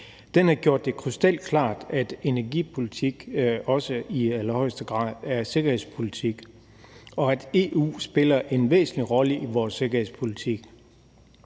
Den har gjort det krystalklart, at energipolitik også i allerhøjeste grad er sikkerhedspolitik, og at EU spiller en væsentlig rolle i vores sikkerhedspolitik.